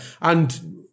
And-